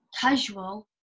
casual